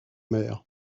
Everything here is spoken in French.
mère